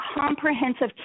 comprehensive